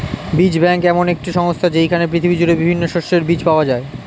বীজ ব্যাংক এমন একটি সংস্থা যেইখানে পৃথিবী জুড়ে বিভিন্ন শস্যের বীজ পাওয়া যায়